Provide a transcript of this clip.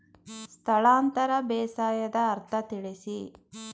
ಸ್ಥಳಾಂತರ ಬೇಸಾಯದ ಅರ್ಥ ತಿಳಿಸಿ?